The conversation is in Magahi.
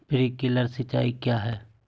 प्रिंक्लर सिंचाई क्या है?